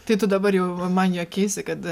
tai tu dabar jau man juokeisi kad